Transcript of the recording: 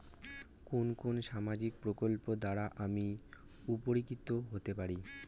কোন কোন সামাজিক প্রকল্প দ্বারা আমি উপকৃত হতে পারি?